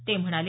ते म्हणाले